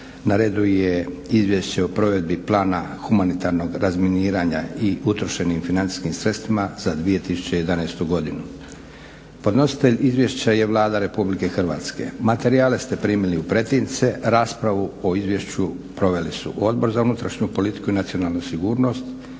Na redu je - Izvješće o provedbi Plana humanitarnog razminiranja i utrošenim financijskim sredstvima za 2011. godinu Podnositelj izvješća je Vlada Republike Hrvatske. Materijale ste primili u pretince. Raspravu o izvješću proveli su Odbor za unutrašnju politiku i nacionalnu sigurnost